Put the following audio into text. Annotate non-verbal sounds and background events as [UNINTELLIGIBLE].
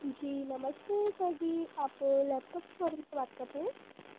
जी नमस्ते सर जी आप लैपटॉप [UNINTELLIGIBLE] से बात कर रहे हैं